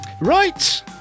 Right